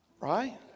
Right